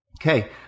okay